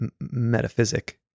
metaphysic